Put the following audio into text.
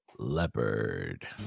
Leopard